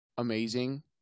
amazing